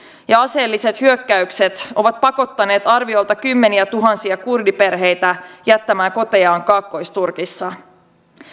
ja aseelliset hyökkäykset ovat pakottaneet arviolta kymmeniätuhansia kurdiperheitä jättämään kotejaan kaakkois turkissa